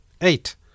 eight